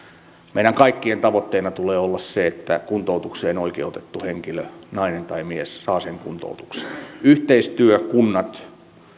meidän kaikkien tavoitteena tulee olla se että kuntoutukseen oikeutettu henkilö nainen tai mies saa sen kuntoutuksen yhteistyö kunnat